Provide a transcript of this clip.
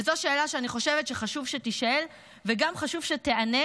וזו שאלה שאני חושבת שחשוב שתישאל וגם חשוב שתיענה.